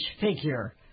figure